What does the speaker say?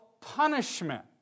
punishment